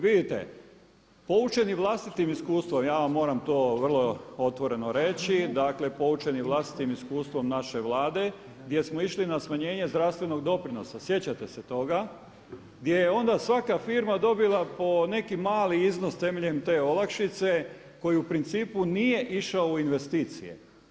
Vidite, poučeni vlastitim iskustvom, ja vam moram to vrlo otvoreno reći, dakle, poučeni vlastitim iskustvom naše Vlade gdje smo išli na smanjenje zdravstvenog doprinosa, sjećate se toga, gdje je onda svaka firma dobila po neki mali iznos temeljem te olakšice koji u principu nije išao u investicije.